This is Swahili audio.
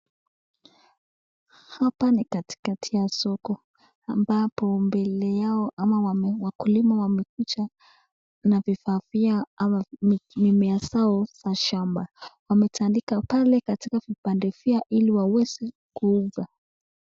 Hapa ni katikati ya soko ambapo mbele yao kuna ama wame wakulima wamekuja na vifaa vyao au mimea zao za shamba. Wametandika pale katika vipande vyao ili waweze kuuza.